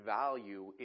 value